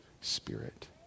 Spirit